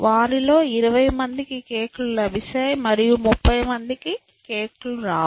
వారిలో 20 మందికి కేక్ లు లభిస్తాయి మరియు 30 మందికి కేక్ లు రావు